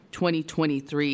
2023